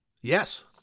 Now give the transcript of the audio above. yes